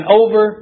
over